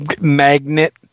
magnet